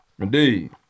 Indeed